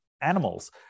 animals